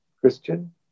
Christian